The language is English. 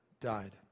died